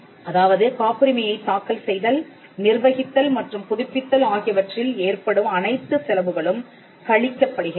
அதாவது காப்புரிமையைத் தாக்கல் செய்தல் நிர்வகித்தல் மற்றும் புதுப்பித்தல் ஆகியவற்றில் ஏற்படும் அனைத்து செலவுகளும் கழிக்கப்படுகின்றன